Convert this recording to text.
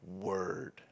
word